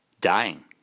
dying